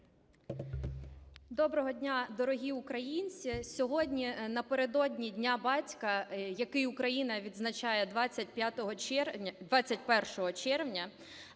Доброго дня, дорогі українці! Сьогодні напередодні Дня батька, який Україна відзначає 21 червня,